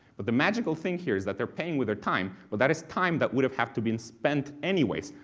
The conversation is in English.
but the magical thing here is that they're paying with their time but that is time that would have have to be and spent anyway,